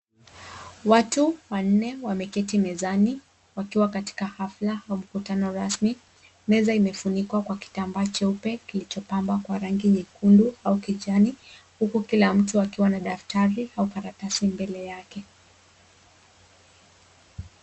Watu wanne wameketi mezani, wakiwa katika hafla au mkutano rasmi. Meza imefunikwa kwa kitambaa cheupe kilichopambwa kwa rangi nyekundu au kijani, huku kila mtu akiwa na daftari au karatasi mbele yake.